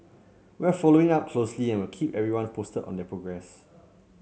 we are following up closely and will keep everyone posted on their progress